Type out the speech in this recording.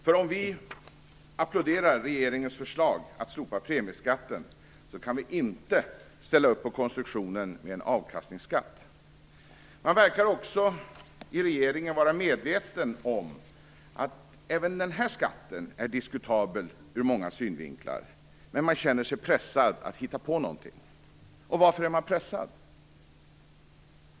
Även om vi applåderar regeringens förslag att slopa premieskatten, kan vi inte ställa upp på konstruktionen med en avkastningsskatt. I regeringen verkar man också vara medveten om att även denna skatt är diskutabel ur många synvinklar, men man känner sig pressad att hitta på någonting. Varför är man pressad?